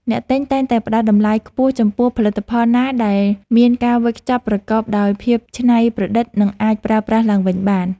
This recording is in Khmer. អ្នកទិញតែងតែផ្តល់តម្លៃខ្ពស់ចំពោះផលិតផលណាដែលមានការវេចខ្ចប់ប្រកបដោយភាពច្នៃប្រឌិត និងអាចប្រើប្រាស់ឡើងវិញបាន។